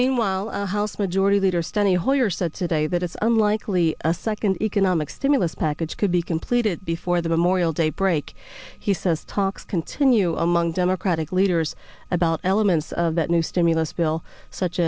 meanwhile house majority leader stony hoyer said today that it's unlikely a second economic stimulus package could be completed before the memorial day break he says talks continue among democratic leaders about elements of that new stimulus bill such